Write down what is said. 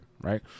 right